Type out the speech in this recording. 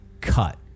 cut